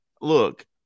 look